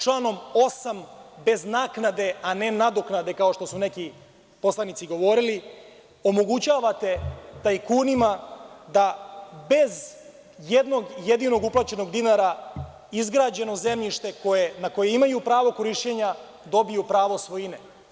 Članom 8. bez naknade, a ne nadoknade kao što su neki poslanici govorili, omogućavate tajkunima da bez jednog jedinog uplaćenog dinara izgrađeno zemljište na koje imaju pravo korišćenja dobiju pravo svojine.